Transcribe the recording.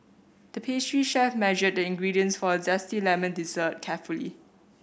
the pastry chef measured the ingredients for a zesty lemon dessert carefully